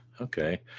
Okay